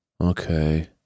okay